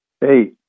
hey